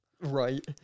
Right